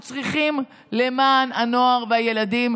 אז אם בא ילד חרדי,